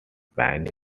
spanish